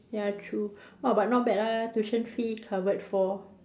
ya true !wah! but not bad ah tuition fee covered for